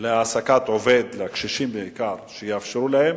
להעסקת עובד, בעיקר לקשישים, שיאפשרו להן.